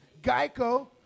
Geico